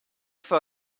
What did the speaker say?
for